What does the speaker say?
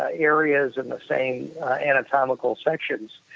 ah areas and the same anatomical sections.